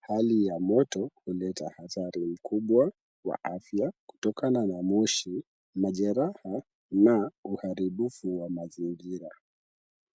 hali ya moto huleta hasara mkubwa wa afya kutokana na moshi, majeraha na uharibifu wa mazingira.